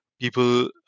people